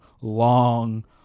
long